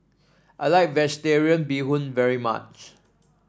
I like vegetarian Bee Hoon very much